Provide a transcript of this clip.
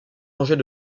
rangées